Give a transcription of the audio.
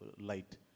light